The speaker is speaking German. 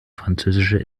französische